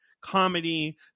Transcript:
comedy